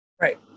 Right